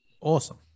Awesome